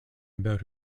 about